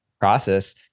process